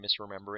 misremembering